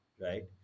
right